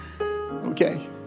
Okay